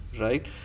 right